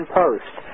post